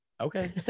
okay